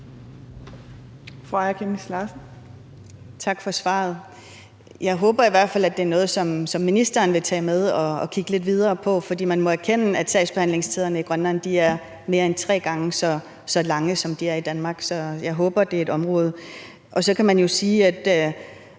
Tak for svaret. Jeg håber i hvert fald, at det er noget, som ministeren vil tage med og kigge lidt videre på. For man må erkende, at sagsbehandlingstiderne i Grønland er mere end tre gange så lange, som de er i Danmark. Så jeg håber, det er et område, man vil kigge på.